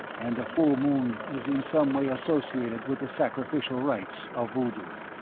and the full moon is in some way associated with the sacrificial rites of voodoo.